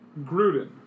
Gruden